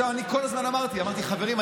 אני כל הזמן אמרתי: חברים,